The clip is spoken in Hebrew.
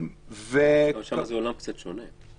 עולם דיני המשפחה הוא עולם קצת שונה.